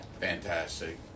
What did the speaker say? Fantastic